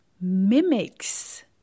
mimics